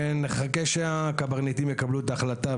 ונחכה שהקברניטים יקבלו את ההחלטה,